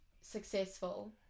successful